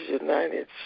United